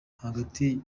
hagati